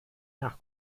nach